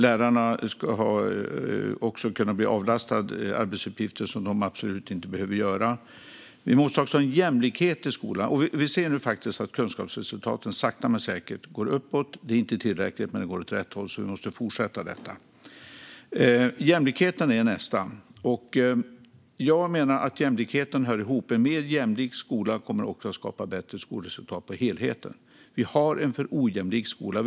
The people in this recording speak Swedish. Lärarna ska också kunna bli avlastade arbetsuppgifter som de absolut inte behöver göra. Vi måste också ha jämlikhet i skolan. Vi ser nu att kunskapsresultaten sakta men säkert går uppåt. Det är inte tillräckligt, men det går åt rätt håll, så vi måste fortsätta detta arbete. Jämlikheten är nästa. Jag menar att det hör ihop - en mer jämlik skola kommer också att skapa bättre skolresultat för helheten. Vi har en för ojämlik skola.